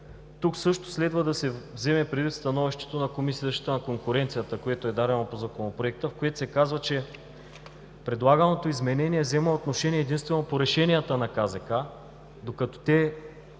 Тук също следва да се вземе предвид становището на Комисията за защита на конкуренцията, което е дадено в Законопроекта, в което се казва, че предлаганото изменение взема отношение единствено по решенията на КЗК, докато те